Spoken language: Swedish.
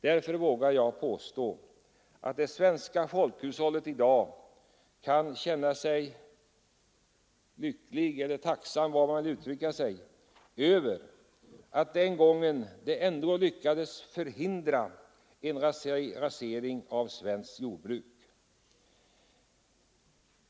Därför vågar jag påstå att det svenska folkhushållet i dag kan känna tacksamhet för att vi den gången ändå lyckades förhindra en rasering av svenskt jordbruk.